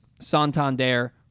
Santander